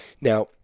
Now